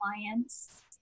clients